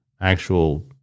actual